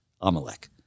Amalek